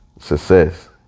success